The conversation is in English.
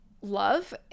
love